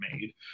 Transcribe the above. made